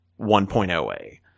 1.0A